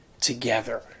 together